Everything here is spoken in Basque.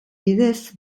bidez